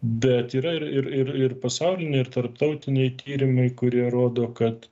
bet yra ir ir ir pasauliniai ir tarptautiniai tyrimai kurie rodo kad